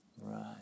Right